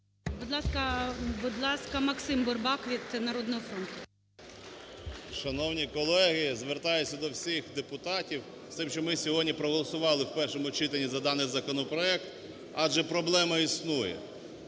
Будь ласка, МаксимБурбак від "Народного фронту". 11:00:31 БУРБАК М.Ю. Шановні колеги, звертаюся до всіх депутатів з тим, щоб ми сьогодні проголосували в першому читанні за даний законопроект, адже проблема існує.